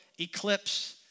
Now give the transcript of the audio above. eclipse